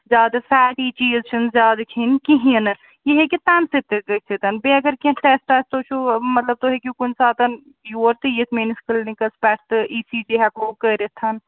زیادٕ فیٹی چیٖز چھِنہٕ زیادٕ کھیٚنۍ کہیٖنٛۍ نہٕ یہِ ہیٚکہِ تَمہِ سۭتۍ تہِ گٔژھِتھ بیٚیہِ اگر کینٛہہ ٹیسٹ آسہِ تُہۍ چھُو مطلب تُہۍ ہیٚکِو کُنہِ ساتہٕ یور تہٕ یِتھ میٛٲنِس کِلنِکَس پٮ۪ٹھ تہٕ اِی سی جی ہٮ۪کو کٔرِتھ